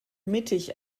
mittig